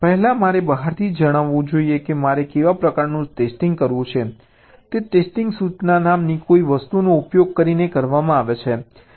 પહેલા મારે બહારથી જણાવવું જોઈએ કે મારે કેવા પ્રકારનું ટેસ્ટિંગ કરવું છે તે ટેસ્ટિંગ સૂચના નામની કોઈ વસ્તુનો ઉપયોગ કરીને કરવામાં આવે છે